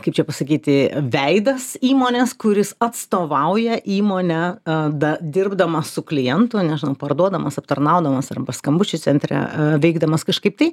kaip čia pasakyti veidas įmonės kuris atstovauja įmonę dirbdamas su klientu nežinau parduodamas aptarnaudamas arba skambučių centre veikdamas kažkaip tai